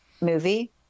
movie